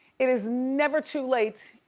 it is never too late,